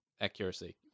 accuracy